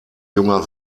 junger